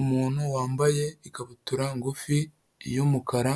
Umuntu wambaye ikabutura ngufi y'umukara